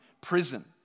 prison